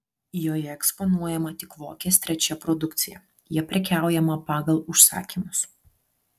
joje eksponuojama tik vokės iii produkcija ja prekiaujama pagal užsakymus